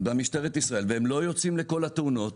במשטרת ישראל, והם לא יוצאים לכל התאונות,